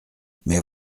mais